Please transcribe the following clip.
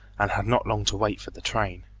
and had not long to wait for the train.